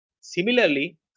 Similarly